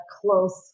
close